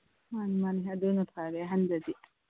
ꯃꯥꯅꯤ ꯃꯥꯅꯤ ꯑꯗꯨꯅ ꯐꯔꯦ ꯑꯍꯟꯗꯗꯤ